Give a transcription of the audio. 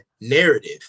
narrative